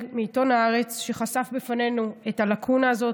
מעיתון הארץ שחשף בפנינו את הלקונה הזאת,